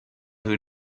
who